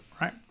Right